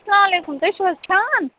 سلام علیکُم تُہۍ چھِو حظ چھان